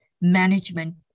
management